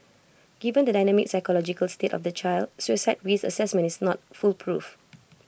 given the dynamic psychological state of the child suicide risk Assessment is not foolproof